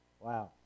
Wow